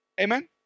Amen